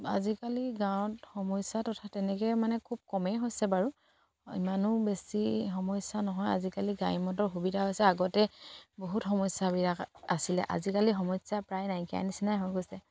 আজিকালি গাঁৱত সমস্যা তথা তেনেকে মানে খুব কমেই হৈছে বাৰু ইমানো বেছি সমস্যা নহয় আজিকালি গাড়ী মটৰ সুবিধা হৈছে আগতে বহুত সমস্যাবিলাক আছিলে আজিকালি সমস্যা প্ৰায় নাইকীয়া নিচিনা হৈ গৈছে